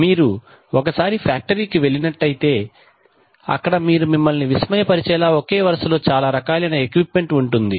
మీరు ఒకసారి ఫ్యాక్టరీకి వెళ్ళినట్లయితే అక్కడ మీరు మిమ్మల్ని విస్మయపరిచే లా ఒకే వరుసలో చాలా రకాలైన ఎక్విప్మెంట్ ఉంటుంది